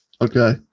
Okay